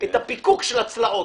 הפיקוק של הצלעות.